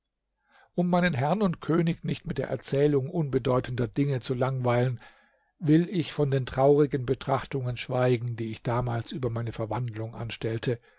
um meinen herrn und könig nicht mit der erzählung unbedeutender dinge zu langweilen will ich von den traurigen betrachtungen schweigen die ich damals über meine verwandlung anstellte